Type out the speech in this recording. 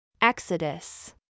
Exodus